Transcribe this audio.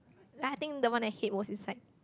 and I think the one I hate most is like